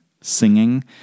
singing